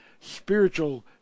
spiritual